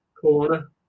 Corner